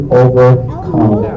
overcome